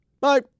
Bye